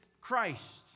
Christ